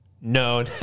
no